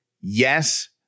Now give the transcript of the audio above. Yes